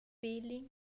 feeling